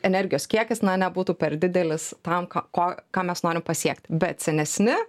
energijos kiekis na nebūtų per didelis tam ką ko ką mes norim pasiekti bet senesni